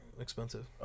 expensive